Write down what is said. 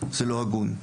זה לא הגון.